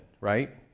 right